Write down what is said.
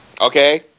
Okay